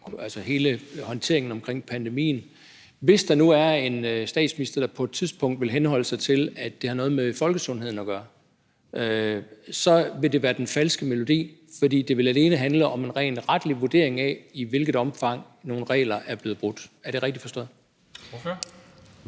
altså hele håndteringen omkring pandemien, og hvis der nu er en statsminister, der på et tidspunkt vil henholde sig til, at det har noget med folkesundheden at gøre, så vil det være den falske melodi, fordi det alene vil handle om en rent retlig vurdering af, i hvilket omfang nogle regler er blevet brudt. Er det rigtigt forstået?